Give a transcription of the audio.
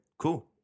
cool